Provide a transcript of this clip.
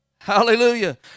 Hallelujah